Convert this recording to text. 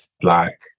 black